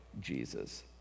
Jesus